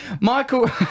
michael